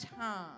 time